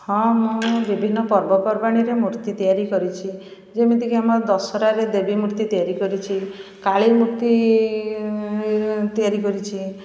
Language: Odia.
ହଁ ମୁଁ ବିଭିନ୍ନ ପର୍ବ ପର୍ବାଣିରେ ମୂର୍ତ୍ତି ତିଆରି କରୁଛି ଯେମିତିକି ଆମର ଦଶହରାରେ ଦେବୀ ମୂର୍ତ୍ତି ତିଆରି କରୁଛି କାଳୀ ମୂର୍ତ୍ତି ତିଆରି କରୁଛି